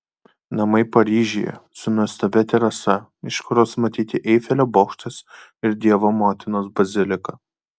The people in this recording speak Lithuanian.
namai paryžiuje su nuostabia terasa iš kurios matyti eifelio bokštas ir dievo motinos bazilika